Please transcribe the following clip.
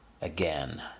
Again